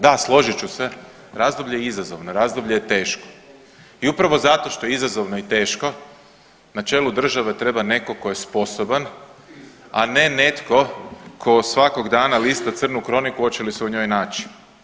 Da, složit ću se razdoblje je izazovno, razdoblje je teško i upravo zato što je izazovno i teško na čelu države treba neko tko je sposoban, a ne netko tko svakog dana lista crnu kroniku hoće li se u njoj naći.